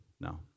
No